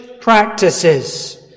practices